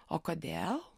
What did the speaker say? o kodėl